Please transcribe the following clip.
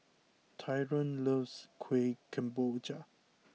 Tyron loves Kuih Kemboja